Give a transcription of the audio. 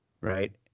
right